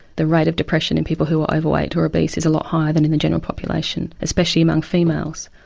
the rate of depression in people who are overweight or obese is a lot higher than in the general population, especially among females.